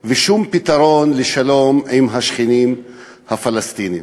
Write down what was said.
ולא רוצה שום פתרון לשלום עם השכנים הפלסטינים.